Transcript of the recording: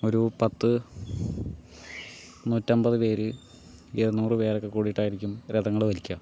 ഒരു പത്തു നൂറ്റമ്പത് പേര് ഇരുന്നൂറ് പേരൊക്കെ കൂടിയിട്ടായിരിക്കും രഥങ്ങൾ വലിക്കുക